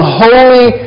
holy